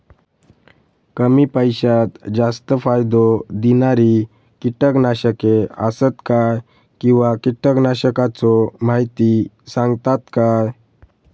कमी पैशात जास्त फायदो दिणारी किटकनाशके आसत काय किंवा कीटकनाशकाचो माहिती सांगतात काय?